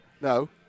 No